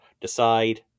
decide